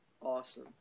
awesome